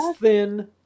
thin